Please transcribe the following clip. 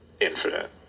Infinite